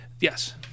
yes